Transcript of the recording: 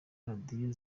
radiyo